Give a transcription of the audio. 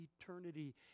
eternity